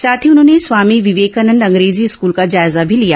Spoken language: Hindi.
साथ ही उन्होंने स्वामी विवेकानंद अंग्रेजी स्कूल का जायजा भी लिया